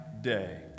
day